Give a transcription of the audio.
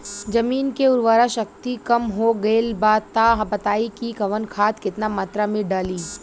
जमीन के उर्वारा शक्ति कम हो गेल बा तऽ बताईं कि कवन खाद केतना मत्रा में डालि?